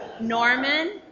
Norman